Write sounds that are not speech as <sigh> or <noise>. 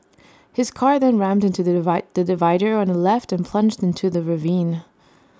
his car then rammed into the <unintelligible> the divider on the left and plunged into the ravine